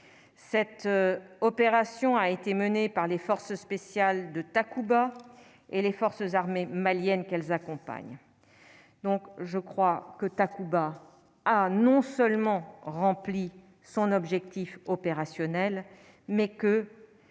cette opération a été menée par les forces spéciales de Takuba et les forces armées maliennes qu'elles accompagnent donc je crois que Takuba ah non seulement rempli son objectif opérationnel, mais que